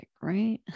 right